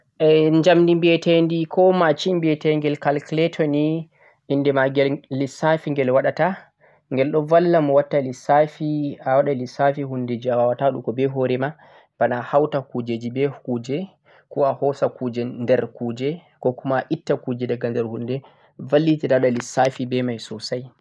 jamdhi bhitedhi ko machine bhiteghel calculator inde ma ghel lissafi ghel wadata ghel do valla mo watta lissafi a wada lissafi hunde jeh a wawata a wada beh hore ma bana a hauta kujeji bhe kuje ko a hosa kujeh der kuje ko kuma a itta kuje daga der hunde vallite a wada lissafi beh mai sosai